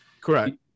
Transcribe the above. correct